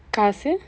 காசு:kaasu